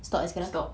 stop is gonna stop